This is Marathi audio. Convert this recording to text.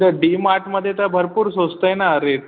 त्या डी मार्टमध्ये तर भरपूर स्वस्त आहे ना रेट